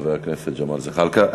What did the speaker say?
חבר הכנסת ג'מאל זחאלקה.